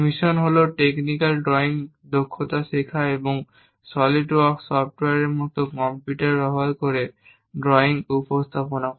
mission হল technical drawing দক্ষতা শেখা এবং সলিডওয়ার্কস সফ্টওয়্যারের মতো কম্পিউটার ব্যবহার করে ড্রয়িং উপস্থাপন করা